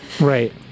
right